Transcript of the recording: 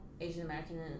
Asian-American